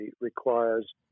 requires